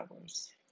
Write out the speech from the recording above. hours